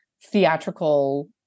theatrical